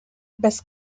bez